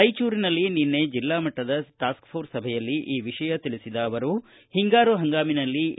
ರಾಯಚೂರಿನಲ್ಲಿ ನಿನ್ನೆ ಜಿಲ್ಲಾ ಮಟ್ಟದ ಟಾಸ್ಗಫೋರ್ಸ ಸಭೆಯಲ್ಲಿ ಈ ವಿಷಯ ತಿಳಿಸಿದ ಅವರು ಹಿಂಗಾರು ಹಂಗಾಮಿನಲ್ಲಿ ಎ